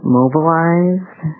mobilized